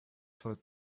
for